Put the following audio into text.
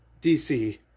DC